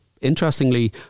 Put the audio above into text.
interestingly